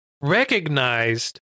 Recognized